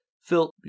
Phil